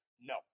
No